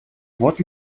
вот